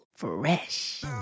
fresh